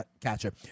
catcher